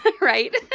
right